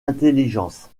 intelligence